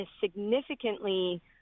significantly